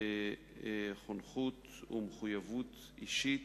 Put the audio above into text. חונכות ומחויבות אישית,